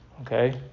Okay